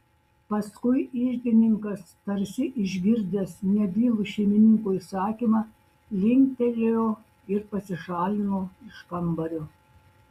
paskui iždininkas tarsi išgirdęs nebylų šeimininko įsakymą linktelėjo ir pasišalino iš kambario